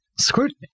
scrutiny